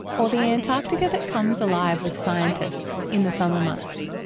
or the antarctica that comes alive with scientists in the summer months?